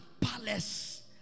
palace